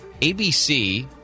ABC